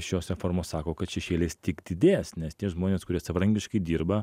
šios reformos sako kad šešėlis tik didės nes tie žmonės kurie savarankiškai dirba